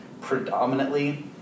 predominantly